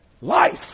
life